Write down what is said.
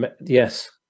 yes